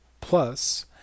plus